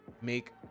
make